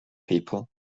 people